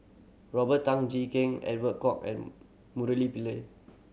Robert Tan Jee Keng Edwin Koek and Murali Pillai